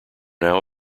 now